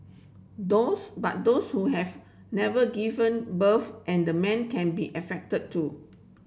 those but those who have never given birth and the men can be affected too